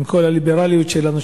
עם כל הליברליות שלנו,